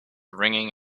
ringing